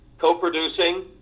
co-producing